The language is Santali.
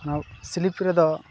ᱚᱱᱟ ᱥᱤᱞᱤᱯ ᱨᱮᱫᱚ